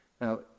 Now